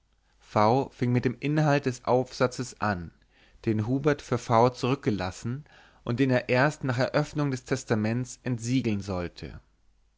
v fing mit dem inhalt des aufsatzes an den hubert für v zurückgelassen und den er erst nach eröffnung des testaments entsiegeln sollte